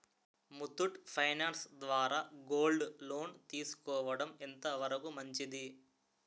Muthoot finance ద్వారా gold loan తీసుకోవడం ఎంత వరకు మంచిది?